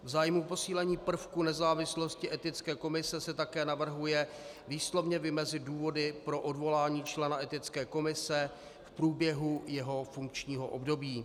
V zájmu posílení prvku nezávislosti Etické komise se také navrhuje výslovně vymezit důvody pro odvolání člena Etické komise v průběhu jeho funkčního období.